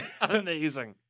Amazing